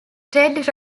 red